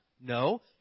No